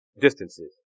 distances